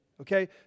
Okay